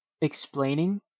explaining